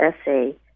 essay